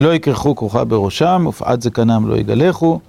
לא יקרחו כרוכה בראשם, ופעת זקנם לא יגלחו.